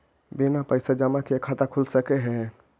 बिना पैसा जमा किए खाता खुल सक है?